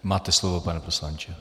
Máte slovo, pane poslanče.